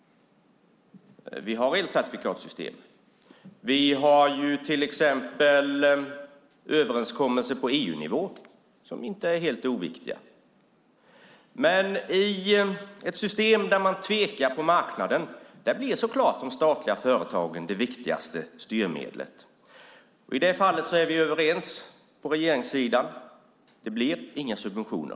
Vi har elcertifikatssystemet. Vi har till exempel överenskommelser på EU-nivå som inte är helt oviktiga. Men i ett system där man tvekar på marknaden blir de statliga företagen det viktigaste styrmedlet. I det fallet är vi överens på regeringssidan. Det blir inga subventioner.